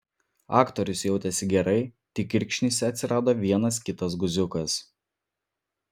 aktorius jautėsi gerai tik kirkšnyse atsirado vienas kitas guziukas